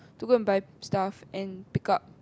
to go and buy stuff and pick up